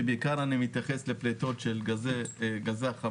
שבעיקר אני מתייחס לפליטות של גזי החממה,